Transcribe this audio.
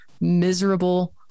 miserable